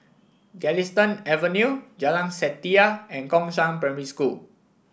Galistan Avenue Jalan Setia and Gongshang Primary School